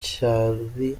icyari